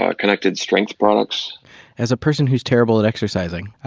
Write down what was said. ah connected strength products as a person who's terrible at exercising, ah,